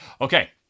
Okay